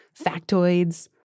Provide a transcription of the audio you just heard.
factoids